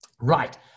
Right